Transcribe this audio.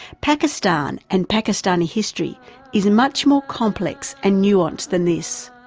pakistan and pakistani history is much more complex and nuanced than this.